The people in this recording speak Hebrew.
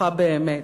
פתוחה באמת.